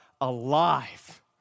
alive